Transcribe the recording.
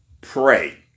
pray